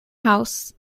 house